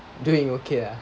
doing okay lah